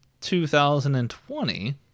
2020